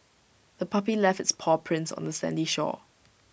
the puppy left its paw prints on the sandy shore